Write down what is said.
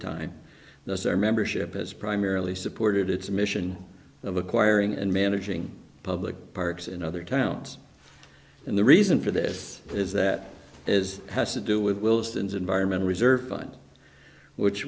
their membership is primarily supported its mission of acquiring and managing public parks in other towns and the reason for this is that is has to do with wilson's environmental reserve fund which